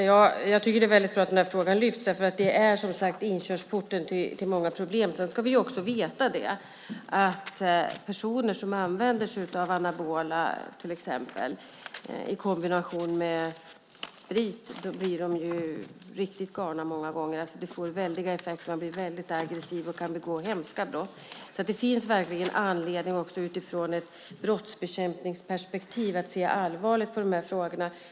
Herr talman! Det är väldigt bra att frågan lyfts fram. Här finns, som sagt, inkörsporten till många problem. Vi ska också veta att personer som använder anabola steroider exempelvis i kombination med sprit många gånger kan bli riktigt galna. Det får väldiga effekter. Man blir mycket aggressiv och kan begå hemska brott, så också i ett brottsbekämpningsperspektiv finns det verkligen anledning att se allvarligt på sådant här.